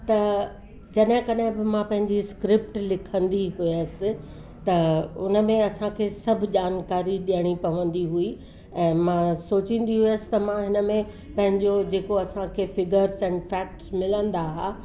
त जॾहिं कॾहिं बि मां पंहिंजी स्क्रिप्ट लिखंदी हुअसि त उन में असांखे सभु जानकारी ॾियणी पवंदी हुई ऐं मां सोचींदी हुअसि त मां हिन में पंहिंजो जेको असांखे फिगर्स एन्ड फैक्ट्स मिलंदा हुआ